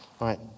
right